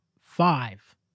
five